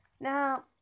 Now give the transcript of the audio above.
Now